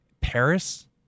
Paris